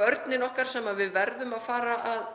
börnin okkar, sem við verðum að fara að